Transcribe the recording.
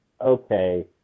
okay